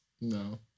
No